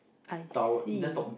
I see